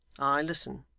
i listen